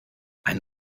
ein